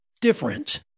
different